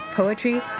poetry